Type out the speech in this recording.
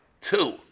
two